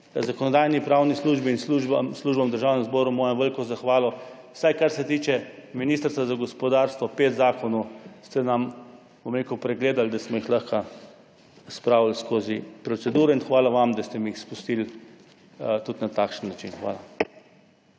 Zakonodajno-pravni službi in službam v Državnem zboru mojo veliko zahvalo, vsaj kar se tiče Ministrstva za gospodarstvo. Pet zakonov ste nam pregledali, da smo jih lahko spravili skozi proceduro in hvala vam, da ste jih spustili tudi na takšen način. Hvala.